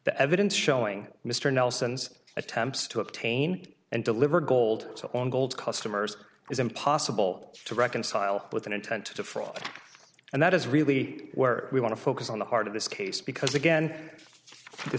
the evidence showing mr nelson's attempts to obtain and deliver gold to on gold customers is impossible to reconcile with an intent to fraud and that is really where we want to focus on the heart of this case because again the